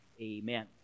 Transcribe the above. amen